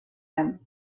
him